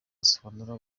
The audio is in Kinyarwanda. asobanurira